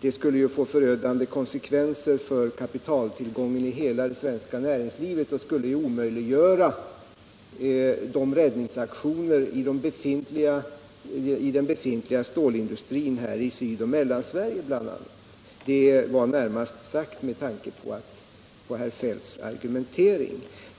Det skulle omöjliggöra räddningsaktioner i den befintliga stålindustrin i Syd och Mellansverige. Jag sade detta närmast med tanke på herr Feldts argumentering.